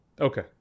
Okay